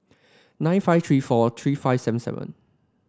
nine five three four three five seven seven